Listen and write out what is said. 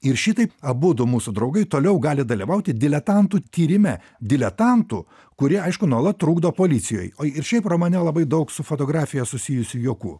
ir šitaip abudu mūsų draugai toliau gali dalyvauti diletantų tyrime diletantų kurie aišku nuolat trukdo policijoj o ir šiaip romane labai daug su fotografija susijusių juokų